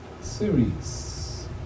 Series